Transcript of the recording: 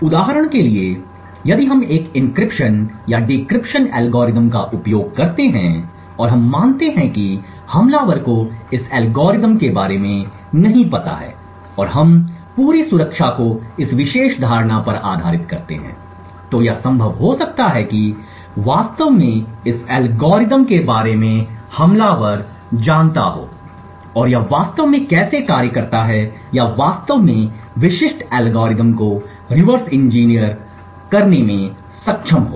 उदाहरण के लिए यदि हम एक एन्क्रिप्शन या डिक्रिप्शन एल्गोरिथ्म का उपयोग करते हैं और हम मानते हैं कि हमलावर को इस एल्गोरिथ्म के बारे में नहीं पता है और हम अपनी पूरी सुरक्षा को इस विशेष धारणा पर आधारित करते हैं तो यह संभव हो सकता है कि हमलावर वास्तव में इस एल्गोरिथ्म के बारे में जानें और यह वास्तव में कैसे कार्य करता है या वास्तव में विशिष्ट एल्गोरिथ्म को रिवर्स इंजीनियर करने में सक्षम है